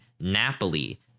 Napoli